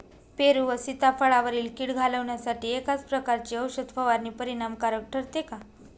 पेरू व सीताफळावरील कीड घालवण्यासाठी एकाच प्रकारची औषध फवारणी परिणामकारक ठरते का?